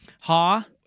Ha